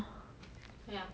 a'ah